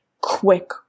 quick